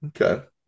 Okay